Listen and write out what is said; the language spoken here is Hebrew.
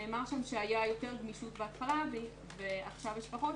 נאמר שם שהייתה יותר גמישות בהתחלה ועכשיו יש פחות,